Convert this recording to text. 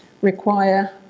require